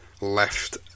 left